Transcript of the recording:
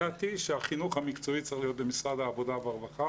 דעתי היא שהחינוך המקצועי צריך להיות במשרד העבודה והרווחה